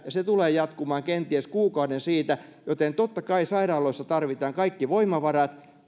ja se tulee jatkumaan kenties kuukauden siitä joten totta kai sairaaloissa tarvitaan kaikki voimavarat